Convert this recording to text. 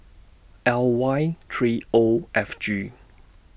L Y three O F G